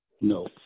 No